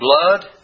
blood